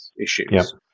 issues